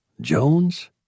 Jones